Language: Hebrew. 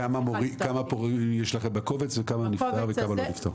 כמה מורים יש לכם בקובץ וכמה נפתר וכמה לא נפתר?